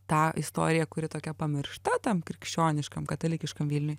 tą istoriją kuri tokia pamiršta tam krikščioniškam katalikiškam vilniuj